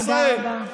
תודה רבה.